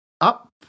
up